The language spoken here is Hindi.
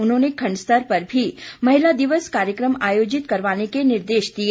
उन्होंने खंड स्तर पर भी महिला दिवस कार्यक्रम आयोजित करवाने के निर्देश दिए